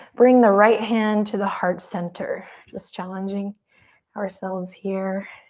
bring the right hand to the heart center. just challenging ourselves here.